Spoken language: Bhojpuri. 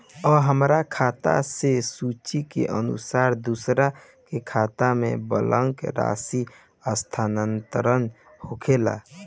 आ हमरा खाता से सूची के अनुसार दूसरन के खाता में बल्क राशि स्थानान्तर होखेला?